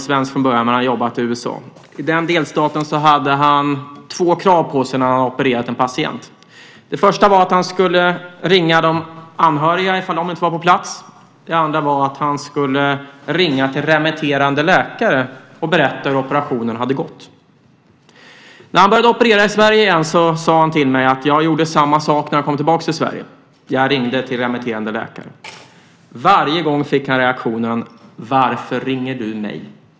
I den delstat där han arbetade hade han två krav på sig när han hade opererat en patient. Det första var att han skulle ringa de anhöriga om de inte var på plats. Det andra var att han skulle ringa till remitterande läkare och berätta hur operationen hade gått. När han började operera i Sverige igen gjorde han på samma sätt. Han ringde till den remitterande läkaren. Varje gång han gjorde det blev reaktionen: Varför ringer du mig?